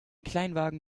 kleinwagen